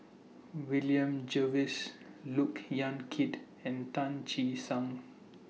William Jervois Look Yan Kit and Tan Che Sang